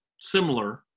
similar